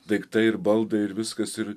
daiktai ir baldai ir viskas ir